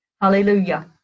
Hallelujah